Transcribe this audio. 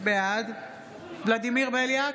בעד ולדימיר בליאק,